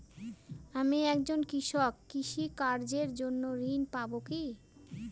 আমি একজন কৃষক কৃষি কার্যের জন্য ঋণ পাব কি?